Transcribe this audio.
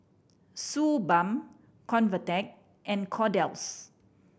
Suu Balm Convatec and Kordel's